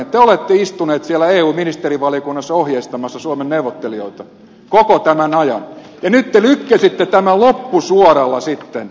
te olette istunut siellä eun ministerivaliokunnassa ohjeistamassa suomen neuvottelijoita koko tämän ajan ja nyt te lykkäsitte tämän loppusuoralla sitten muille